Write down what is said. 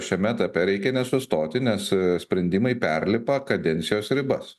šiame etape reikia nesustoti nes sprendimai perlipa kadencijos ribas